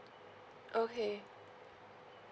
okay